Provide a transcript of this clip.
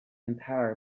empower